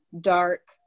dark